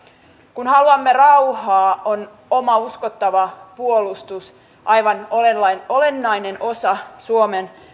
kun haluamme rauhaa on oma uskottava puolustus aivan olennainen olennainen osa suomen